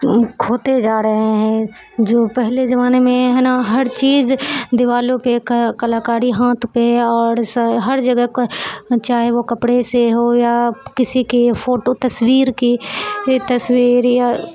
کھوتے جا رہے ہیں جو پہلے زمانے میں ہے نا ہر چیز دیواروں پہ کلاکاری ہاتھ پہ اور سے ہر جگہ کا چاہے وہ کپڑے سے ہو یا کسی کے فوٹو تصویر کی یہ تصویر یا